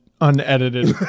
unedited